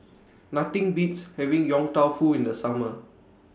Nothing Beats having Yong Tau Foo in The Summer